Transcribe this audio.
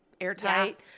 airtight